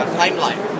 timeline